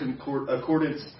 Accordance